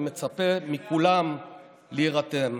אני מצפה מכולם להירתם.